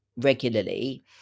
regularly